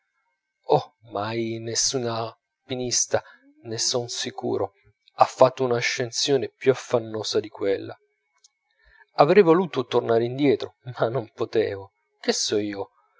oh mai nessun alpinista ne son sicuro ha fatto un'ascensione più affannosa di quella avrei voluto tornar indietro ma non potevo che so io